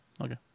Okay